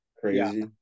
crazy